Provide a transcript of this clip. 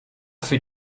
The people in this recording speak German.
für